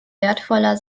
wertvoller